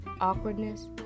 awkwardness